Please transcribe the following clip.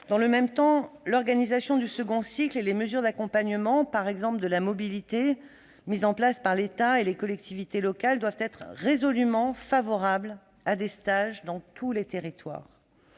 Dans le même temps, l'organisation du deuxième cycle et les mesures d'accompagnement, par exemple de la mobilité, mises en place par l'État et par les collectivités locales, doivent favoriser des stages dans tous les territoires.